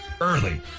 early